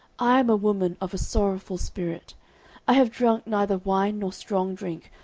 i am a woman of a sorrowful spirit i have drunk neither wine nor strong drink,